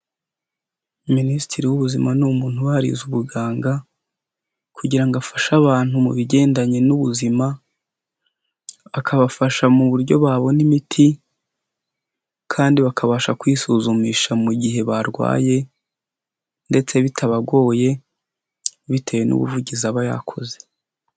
Minisitiri w'ubuzima ni umuntu uba warize ubuganga, kugira ngo afashe abantu mu bigendanye n'ubuzima; akabafasha mu buryo babona imiti kandi bakabasha kwisuzumisha mu gihe barwaye ndetse bitabagoye bitewe n'ubuvugizi aba yakoze.